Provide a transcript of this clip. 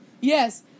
yes